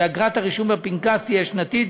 ואגרת הרישום בפנקס תהיה שנתית,